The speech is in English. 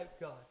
God